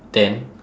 then